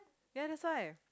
ya that's why